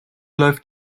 läuft